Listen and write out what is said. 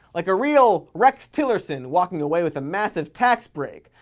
like a real rex tillerson walking away with a massive tax break,